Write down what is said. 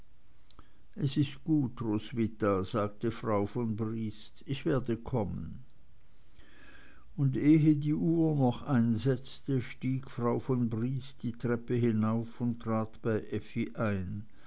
es ist gut roswitha sagte frau von briest ich werde kommen und ehe die uhr noch einsetzte stieg frau von briest die treppe hinauf und trat bei effi ein